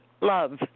love